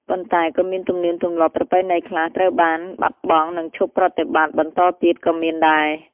ប៉ុន្តែ ក៏មានទំនៀមទម្លាប់ប្រពៃណីខ្លះ ត្រូវបានបាត់បង់ និងឈប់ប្រតិបត្តិបន្តទៀតក៏មានដែរ។